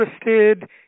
interested